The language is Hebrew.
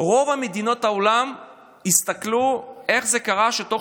רוב מדינות העולם הסתכלו איך קרה שתוך